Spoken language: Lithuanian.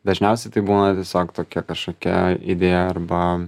dažniausiai tai būna tiesiog tokia kažkokia idėja arba